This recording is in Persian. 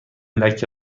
لکه